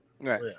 Right